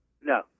No